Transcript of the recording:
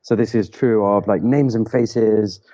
so this is true of like names and faces,